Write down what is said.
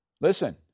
listen